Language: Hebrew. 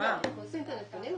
אוספים את הנתונים.